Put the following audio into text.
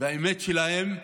והאמת שלהם,